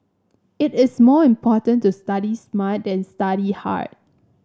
it is more important to study smart than study hard